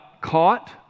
caught